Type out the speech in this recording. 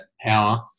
power